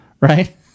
right